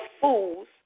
fools